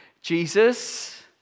Jesus